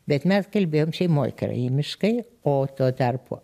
bet mes kalbėjom šeimoj karaimiškai o tuo tarpu